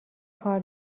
کار